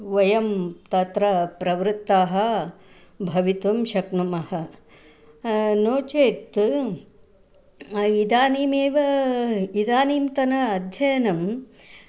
वयं तत्र प्रवृत्ताः भवितुं शक्नुमः नो चेत् इदानीमेव इदानींतन अध्ययनं